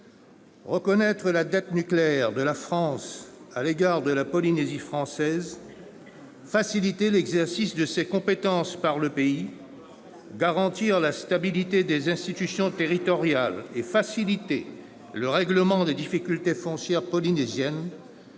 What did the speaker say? reconnaître la « dette nucléaire » de la France à l'égard de la Polynésie française, faciliter l'exercice de ses compétences par le pays, garantir la stabilité des institutions territoriales et faciliter le règlement des difficultés foncières polynésiennes